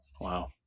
Wow